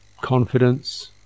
confidence